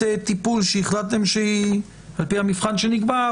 טיפול שהחלטתם שהיא על פי המבחן שנקבע,